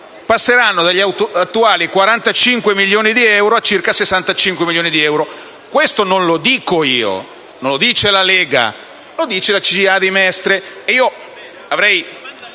passeranno dagli attuali 45 milioni di euro a circa 65 milioni. E questo non lo dico io, non lo dice la Lega, ma la CGIA di Mestre.